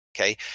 Okay